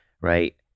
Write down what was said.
right